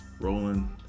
rolling